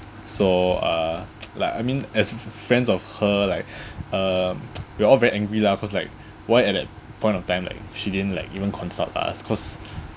so uh like I mean as friends of her like uh we all very angry lah of course like why at that point of time like she didn't like even consult us cause